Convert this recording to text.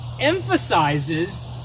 emphasizes